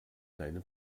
deine